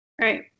Right